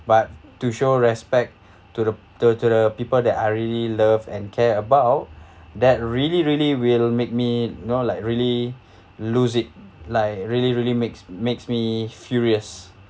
but to show respect to the to the to the people that I really love and care about that really really will make me you know like really lose it like really really makes makes me furious